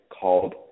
called